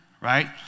right